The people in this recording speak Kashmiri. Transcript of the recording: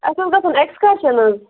اَسہِ اوس گژھُن اٮ۪کسکرشَن حظ